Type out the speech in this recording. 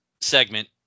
segment